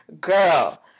Girl